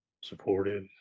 supportive